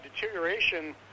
deterioration